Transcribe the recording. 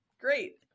great